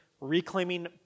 Reclaiming